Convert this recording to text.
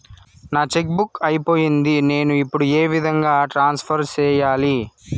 నా cheque book అయిపోయింది నేను ఇప్పుడు ఏ విధంగా ట్రాన్స్ఫర్ సేయాలి?